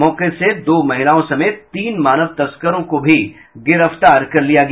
मौके से दो महिलाओं समेत तीन मानव तस्करों को भी गिरफ्तार कर लिया गया